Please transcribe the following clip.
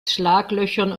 schlaglöchern